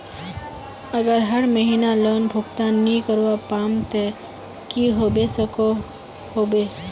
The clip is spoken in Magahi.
अगर हर महीना लोन भुगतान नी करवा पाम ते की होबे सकोहो होबे?